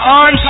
on